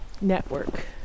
network